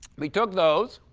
we took those.